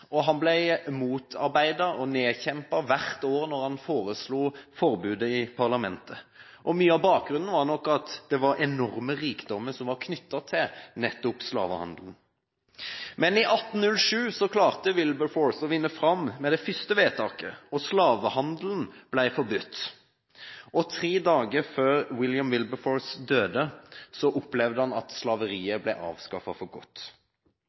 og han ble motarbeidet og nedkjempet når han hvert år foreslo forbudet i parlamentet. Mye av bakgrunnen var nok at enorme rikdommer var knyttet til nettopp slavehandelen. I 1807 klarte Wilberforce å vinne fram med det første vedtaket, og slavehandelen ble forbudt. Tre dager før William Wilberforce døde opplevde han at slaveriet ble avskaffet for godt.